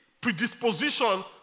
predisposition